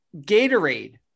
Gatorade